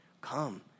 Come